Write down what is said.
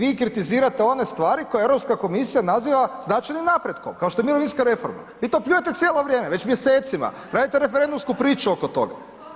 Vi kritizirate one stvari koje Europska komisija naziva značajnim napretkom, kao što je mirovinska reforma, vi to pljujete cijelo vrijeme, već mjesecima, radite referendumsku priču oko toga.